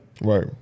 Right